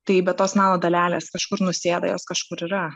taip be tos nano dalelės kažkur nusėda jos kažkur yra